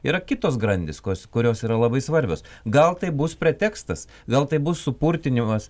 yra kitos grandys kos kurios yra labai svarbios gal tai bus pretekstas gal tai bus supurtinimas